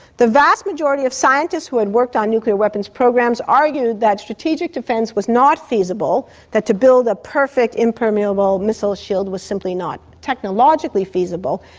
the vast majority of scientists who had worked on nuclear weapons programs argued that strategic defence was not feasible, that to built a perfect impermeable missile shield was simply not technologically feasible.